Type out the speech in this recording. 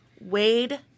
Wade